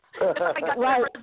Right